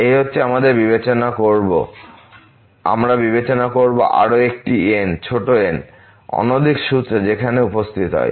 এই হচ্ছে আমরা বিবেচনা করব আরও একটি n ছোট n অনধিক সূত্রে সেখানে উপস্থিত হয়